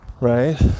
right